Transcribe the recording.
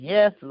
Yes